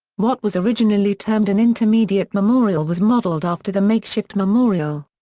what was originally termed an intermediate memorial was modeled after the makeshift memorial.